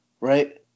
right